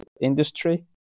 industry